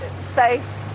safe